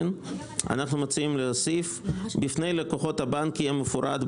אנחנו מציעים להוסיף: "בפני לקוחות הבנק יהיה מפורט,